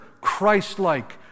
Christ-like